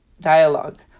dialogue